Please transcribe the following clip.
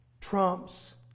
trumps